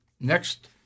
Next